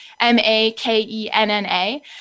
m-a-k-e-n-n-a